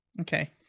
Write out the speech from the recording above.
Okay